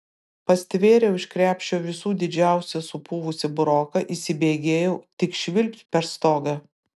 pastvėriau iš krepšio visų didžiausią supuvusį buroką įsibėgėjau tik švilpt per stogą